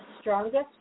strongest